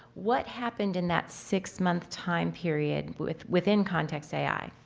what happened in that six-month time period with? within context ai?